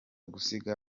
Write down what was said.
gusiga